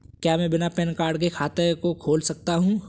क्या मैं बिना पैन कार्ड के खाते को खोल सकता हूँ?